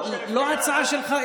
לא ההצעה שלך,